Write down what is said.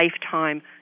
lifetime